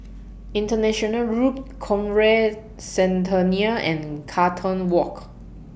International Road Conrad Centennial and Carlton Walk